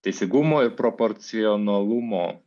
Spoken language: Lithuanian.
teisingumo ir proporcionalumo